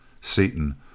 Seaton